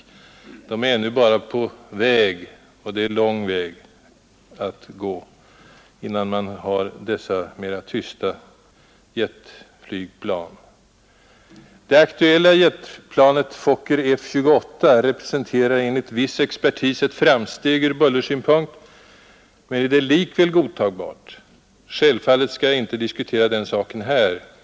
De är ännu bara på väg och det är en lång väg att gå innan man kan förfoga över dessa mera tysta jetflygplan. Det nu aktuella jetplanet, Fokker F-28, representerar enligt viss expertis ett framsteg ur bullersynpunkt, men är det likväl godtagbart? Självfallet skall jag inte diskutera den saken här.